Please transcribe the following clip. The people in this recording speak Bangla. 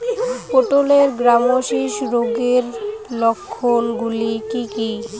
পটলের গ্যামোসিস রোগের লক্ষণগুলি কী কী?